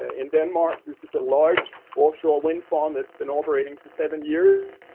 ah in denmark this is a large offshore windfarm that's been operating for seven years.